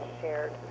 shared